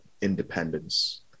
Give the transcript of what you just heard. independence